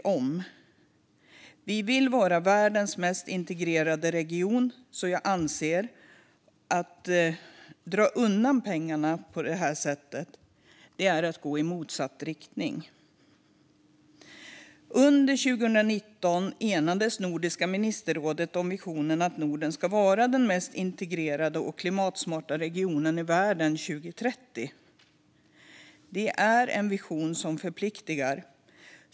Visionen är att Norden ska vara världens mest integrerade region, och därför anser jag att det är att gå i motsatt riktning att dra undan dessa pengar. Under 2019 enades Nordiska ministerrådet om visionen att Norden ska vara den mest integrerade och klimatsmarta regionen i världen 2030. Det är en vision som förpliktar.